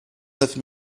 neuf